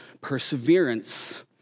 perseverance